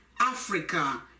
Africa